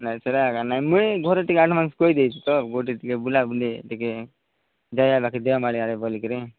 ନାହିଁ ସେଇଟା ଆଗା ନାହିଁ ମୁଇଁ ଘରେ ଟିକେ ଅନ୍ୟମନସ୍କ କହିଦେଇଛି ତ ଗୋଟେ ଟିକେ ବୁଲା ବୁଲି ଟିକେ ଜାଗା ପରା ଦେଓମାଳି ଆଡ଼େ ବୁଲି କରି